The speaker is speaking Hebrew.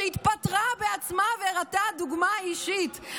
שהתפטרה בעצמה והראתה דוגמה אישית,